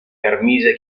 permise